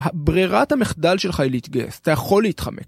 הברירת המחדל שלך היא להתגייס, אתה יכול להתחמק.